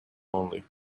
only